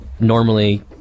Normally